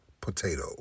potato